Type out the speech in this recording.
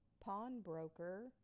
Pawnbroker